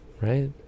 right